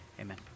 Amen